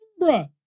Bruh